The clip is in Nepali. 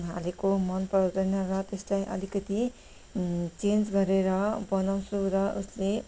हालेको मन पराउँदैन र त्यसलाई अलिकती चेन्ज गरेर बनाउँछु र उसले